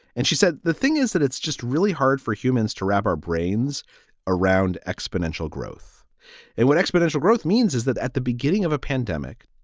and she said the thing is that it's just really hard for humans to wrap our brains around exponential growth and exponential growth means is that at the beginning of a pandemic,